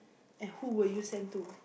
and who will you send to